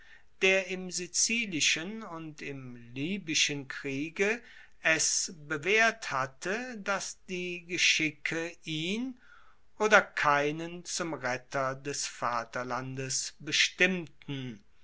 der im sizilischen und im libyschen kriege es bewaehrt hatte dass die geschicke ihn oder keinen zum retter des vaterlandes bestimmten